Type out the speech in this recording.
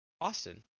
Austin